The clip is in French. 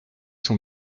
son